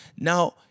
Now